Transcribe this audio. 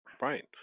Right